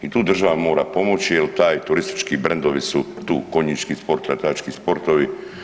I tu država mora pomoći jer taj turistički brendovi su tu konjički sport, letački sportovi.